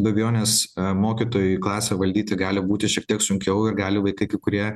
be abejonės mokytojui klasę valdyti gali būti šiek tiek sunkiau ir gali vaikai kurie